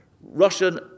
Russian